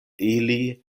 ili